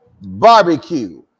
barbecue